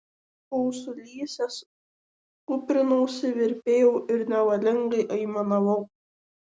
buvau sulysęs kūprinausi virpėjau ir nevalingai aimanavau